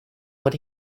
what